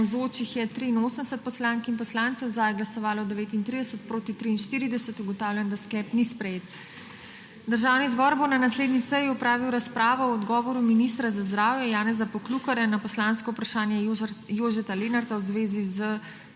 proti 43. (Za je glasovalo 39.) (Proti 43.) Ugotavljam, da sklep ni sprejet. Državni zbor bo na naslednji seji opravil razpravo o odgovoru ministra za zdravje Janeza Poklukarja na poslansko vprašanje Jožeta Lenarta v zvezi z